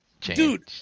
dude